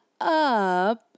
up